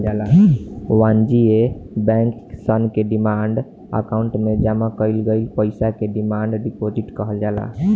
वाणिज्य बैंक सन के डिमांड अकाउंट में जामा कईल गईल पईसा के डिमांड डिपॉजिट कहल जाला